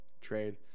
trade